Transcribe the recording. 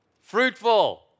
fruitful